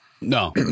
No